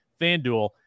FanDuel